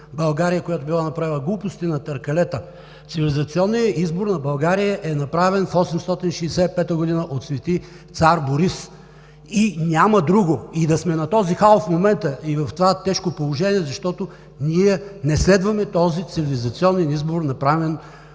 България, която била направила… Глупости на търкалета! Цивилизационният избор на България е направен в 865 г. от Свети цар Борис – няма друго, и да сме на този хал в момента, и в това тежко положение, защото ние не следваме този цивилизационен избор, направен